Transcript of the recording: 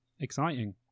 exciting